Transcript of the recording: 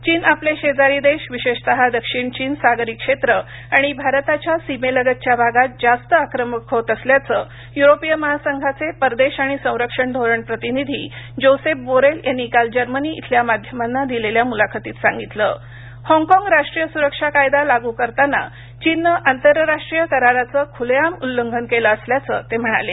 चीन आपले शेजारी देश विशेषतः दक्षिण चीन सागरी क्षेत्र आणि भारताच्या सीमेलगतच्या भागात जास्त आक्रमक होत असल्याचं युरोपीय महासंघाचे परदेश आणि संरक्षण धोरण प्रतिनिधी जोसेफ़ बोरेल यांनी काल जर्मनी इथल्या माध्यमांना दिलेल्या मुलाखतीत सांगितलं हॉंगकॉंग राष्ट्रीय सुरक्षा कायदा लागू करताना चीननं आंतरराष्ट्रीय कराराचं खुलेआम उल्लंघन केलं असल्याचं ते म्हणाले